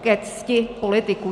ke cti politiků.